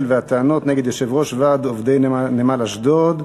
והטענות נגד יושב-ראש ועד עובדי נמל אשדוד,